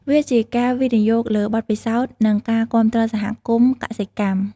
វាជាការវិនិយោគលើបទពិសោធន៍និងការគាំទ្រសហគមន៍កសិកម្ម។